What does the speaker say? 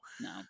no